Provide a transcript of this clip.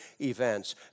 events